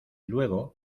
luego